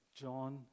John